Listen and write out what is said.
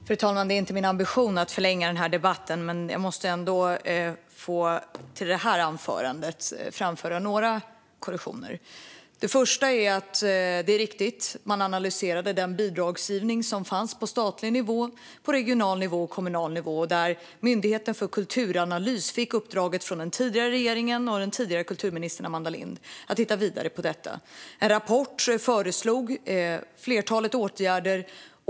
Fru talman! Det är inte min ambition att förlänga den här debatten, men jag måste ändå få framföra några korrigeringar till anförandet. Det är riktigt att man analyserade den bidragsgivning som fanns på statlig, regional och kommunal nivå. Myndigheten för kulturanalys fick i uppdrag av den tidigare regeringen och den dåvarande kulturministern Amanda Lind att titta vidare på detta. En rapport föreslog ett flertal åtgärder.